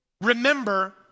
Remember